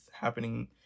happening